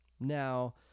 Now